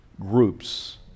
groups